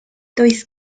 does